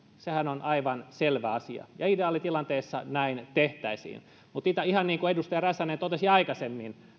sehän on aivan selvä asia ja ideaalitilanteessa näin tehtäisiin mutta ihan niin kuin edustaja räsänen totesi aikaisemmin